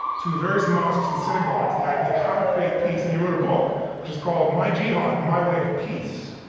to various mosques and synagogues, the idea of how to create peace. and he wrote a book which is called my jihad, my way of peace.